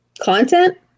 Content